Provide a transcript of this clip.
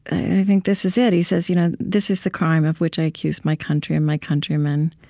i think this is it. he says, you know this is the crime of which i accuse my country and my countrymen.